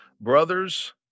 brothers